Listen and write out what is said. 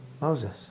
Moses